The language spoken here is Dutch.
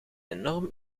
enorm